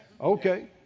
Okay